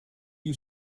you